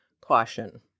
caution